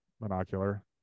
binocular